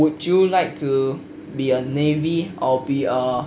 would you like to be a navy or be a